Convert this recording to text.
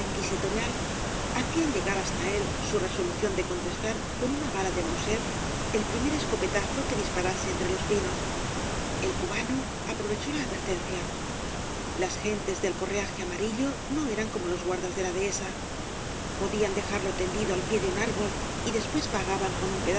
inquisitorial hacían llegar hasta él su resolución de contestar con una bala de mauser el primer escopetazo que disparase entre les pinos el cubano aprovechó la advertencia las gentes del correaje amarillo no eran como los guardas de la dehesa podían dejarlo tendido al pie de un árbol y después pagaban coa un